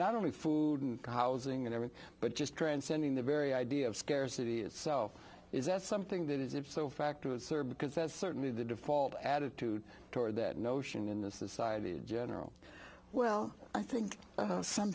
not only food and housing and everything but just transcending the very idea of scarcity itself is that something that is if so factor would serve because that's certainly the default attitude toward that notion in the society in general well i think some